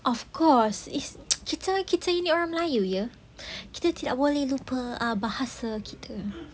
of course it's kita kita ini orang melayu err kita tidak boleh lupa bahasa kita